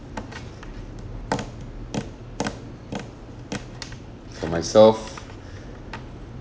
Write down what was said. for myself